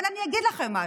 אבל אני אגיד לכם משהו,